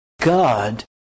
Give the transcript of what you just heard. God